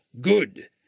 Good